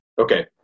Okay